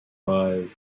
five